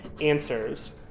answers